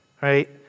right